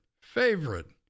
favorite